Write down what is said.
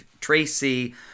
Tracy